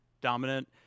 dominant